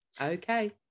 Okay